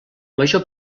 major